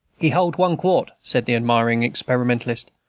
he hold one quart, said the admiring experimentalist.